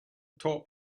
top